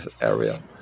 area